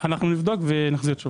אנחנו נבדוק ונחזור אליכם עם תשובה.